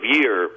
year